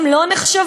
הם לא נחשבים?